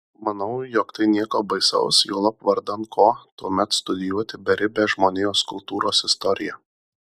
manau jog tai nieko baisaus juolab vardan ko tuomet studijuoti beribę žmonijos kultūros istoriją